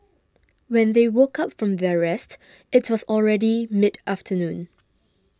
when they woke up from their rest it was already mid afternoon